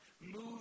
move